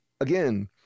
again